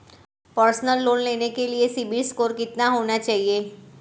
Personal loan लेने के लिए सिबिल स्कोर कितना होना चाहिए?